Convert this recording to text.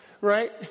Right